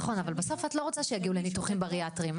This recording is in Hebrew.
נכון, אבל את לא רוצה שיגיעו לניתוחים בריאטריים.